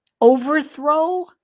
overthrow